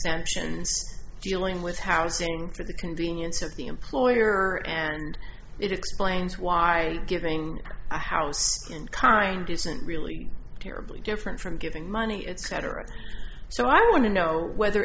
exemptions dealing with housing for the convenience of the employer and it explains why giving a house in kind isn't really terribly different from giving money etc so i want to know whether